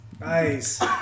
Nice